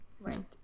Right